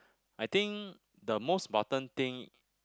I think the most important thing